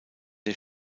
der